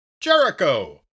Jericho